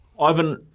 ivan